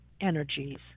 energies